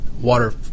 Water